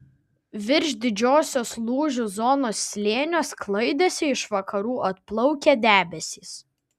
virš didžiosios lūžių zonos slėnio sklaidėsi iš vakarų atplaukę debesys